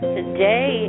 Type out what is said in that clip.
Today